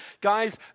Guys